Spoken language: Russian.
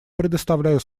предоставляю